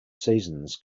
seasons